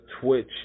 Twitch